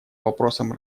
вопросам